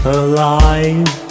alive